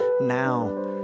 now